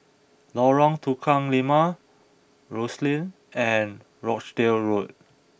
Lorong Tukang Lima Rosyth and Rochdale Road